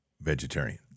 vegetarian